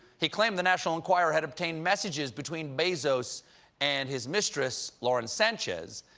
he claimed the national enquirer had obtained messages between bezos and his mistress, lauren sanchez.